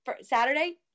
Saturday